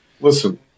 listen